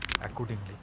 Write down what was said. accordingly